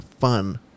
fun